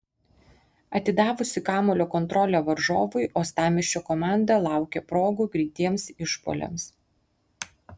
atidavusi kamuolio kontrolę varžovui uostamiesčio komanda laukė progų greitiems išpuoliams